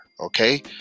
okay